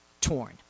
torn